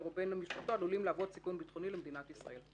או בן המשפחה עלולים להוות סיכון ביטחוני למדינת ישראל.